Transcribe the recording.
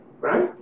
right